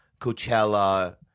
Coachella